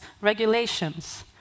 regulations